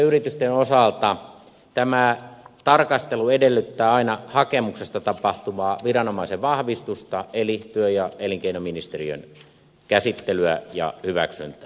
puolustusteollisuuden yritysten osalta tämä tarkastelu edellyttää aina hakemuksesta tapahtuvaa viranomaisen vahvistusta eli työ ja elinkeinoministeriön käsittelyä ja hyväksyntää